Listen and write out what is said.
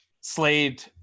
Slade